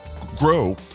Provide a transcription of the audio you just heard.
grow